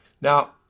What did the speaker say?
Now